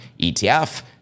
ETF